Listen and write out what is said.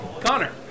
Connor